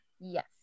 Yes